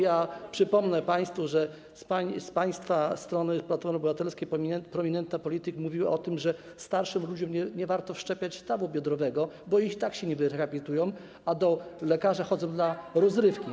Ja przypomnę państwu, że z państwa strony, Platformy Obywatelskiej, prominentna polityk mówiła o tym, że starszym ludziom nie warto wszczepiać stawu biodrowego, bo i tak się nie wyrehabilitują, a do lekarza chodzą dla rozrywki.